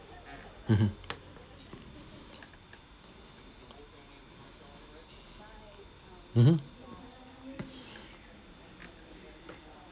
mmhmm mmhmm